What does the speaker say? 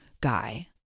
guy